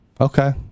Okay